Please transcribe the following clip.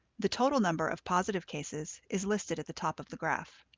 the total number of positive cases is listed at the top of the graph.